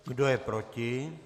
Kdo je proti?